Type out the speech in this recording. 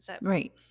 Right